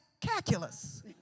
calculus